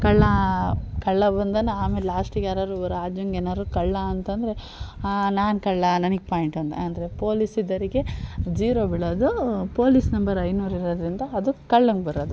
ಕಳ್ಳ ಕಳ್ಳ ಬಂದೋನು ಆಮೇಲೆ ಲಾಸ್ಟಿಗೆ ಯಾರಾರು ರಾಜಂಗೆ ಏನಾರು ಕಳ್ಳ ಅಂತಂದರೆ ನಾನು ಕಳ್ಳ ನನ್ಗೆ ಪಾಯಿಂಟು ಅಂದ ಅಂದರು ಪೊಲೀಸ್ ಇದ್ದೋರಿಗೆ ಜೀರೋ ಬೀಳೋದು ಪೊಲೀಸ್ ನಂಬರ್ ಐನೂರು ಇರೋದ್ರಿಂದ ಅದು ಕಳ್ಳಂಗೆ ಬರೋದು